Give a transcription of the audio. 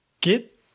get